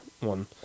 one